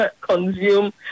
consume